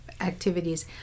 activities